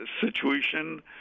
situation